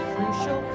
Crucial